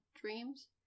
dreams